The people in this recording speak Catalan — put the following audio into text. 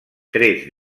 tres